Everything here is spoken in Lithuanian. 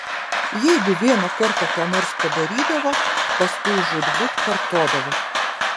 jeigu vieną kartą ką nors padarydavo paskui žūtbūt kartodavo